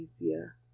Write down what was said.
easier